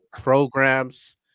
programs